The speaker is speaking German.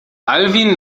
alwin